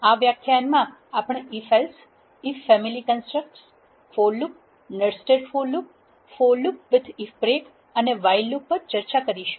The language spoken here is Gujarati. આ વ્યાખ્યાનમાં આપણે if else if family construct for loop nested for loop for loop with if break અને વાઇલ લુપ પર ચર્ચા કરશુ